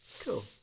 Cool